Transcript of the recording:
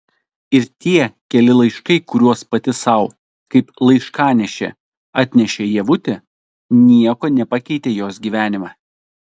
ir tie keli laiškai kuriuos pati sau kaip laiškanešė atnešė ievutė nieko nepakeitė jos gyvenime